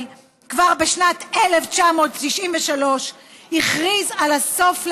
הכריז כבר בשנת 1993 על הסוף לאפליה.